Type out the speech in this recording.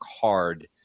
hard